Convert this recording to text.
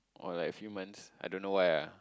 or like few months I don't know why ah